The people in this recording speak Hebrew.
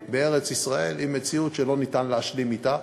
בארץ-ישראל היא מציאות שלא ניתן להשלים אתה,